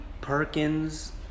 Perkins